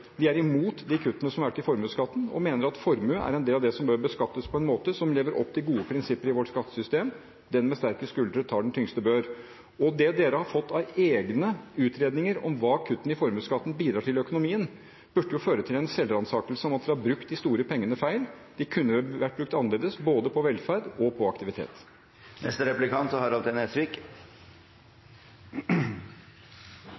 de kuttene som har vært i formuesskatten, og mener at formue er en del av det som bør beskattes på en måte som lever opp til gode prinsipper i vårt skattesystem – den med sterkest skuldre tar den tyngste bør. Det man har fått av egne utredninger om hva kuttene i formuesskatten bidrar til i økonomien, burde føre til en selvransakelse om at man har brukt de store pengene feil. De kunne ha vært brukt annerledes, både på velferd og på